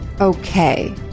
Okay